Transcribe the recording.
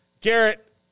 Garrett